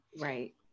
Right